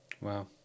Wow